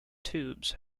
tubes